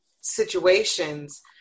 situations